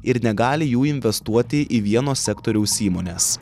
ir negali jų investuoti į vieno sektoriaus įmones